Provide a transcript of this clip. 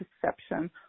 perception